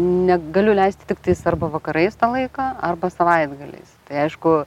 negaliu leisti tiktais arba vakarais tą laiką arba savaitgaliais tai aišku